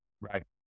right